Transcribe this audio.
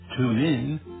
TuneIn